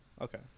Okay